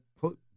put